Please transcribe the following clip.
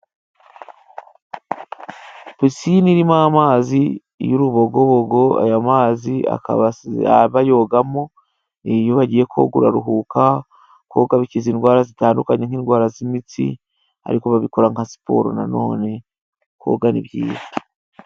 Pisine irimo amazi y'urubogobogo, aya mazi akaba bayogamo, iyo wagiye koga uraruhuka, koga bikiza indwara zitandukanye nk'indwara z'imitsi ariko babikora nka siporo nanone, koga ni byiza.